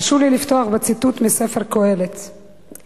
הרשו לי לפתוח בציטוט מקהלת רבה: